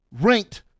ranked